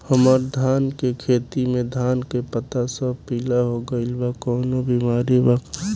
हमर धान के खेती में धान के पता सब पीला हो गेल बा कवनों बिमारी बा का?